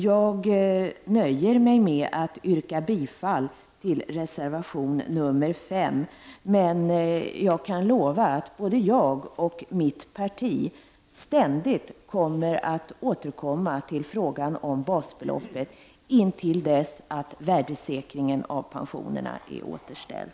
Jag nöjer mig därför med att yrka bifall till reservation nr 5. Jag kan dock lova att både jag och mitt parti ständigt skall återkomma till frågan om basbeloppet, fram till dess att värdesäkringen av pensionerna är återställd.